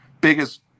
biggest